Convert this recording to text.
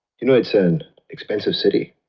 you know it's an expensive city.